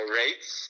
rates